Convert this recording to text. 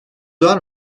var